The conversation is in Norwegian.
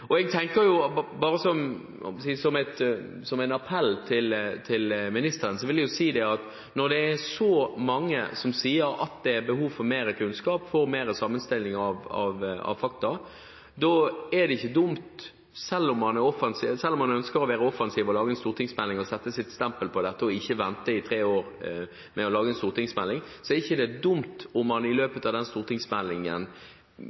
vil jeg si at når det er så mange som sier at det er behov for mer kunnskap og mer sammenstilling av fakta, da er det ikke dumt om man – selv om man ønsker å være offensiv og lage en stortingsmelding og sette sitt stempel på dette og ikke vente i tre år med å lage en stortingsmelding – i løpet av den stortingsmeldingen kanskje bestemmer seg for at det hadde vært fornuftig å lage en offentlig utredning i tillegg, siden det ikke får flertall nå. Disse tingene står ikke i